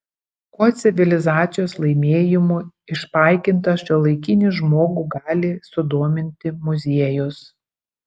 kuo civilizacijos laimėjimų išpaikintą šiuolaikinį žmogų gali sudominti muziejus